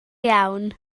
iawn